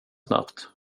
snabbt